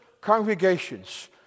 congregations